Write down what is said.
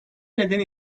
nedeni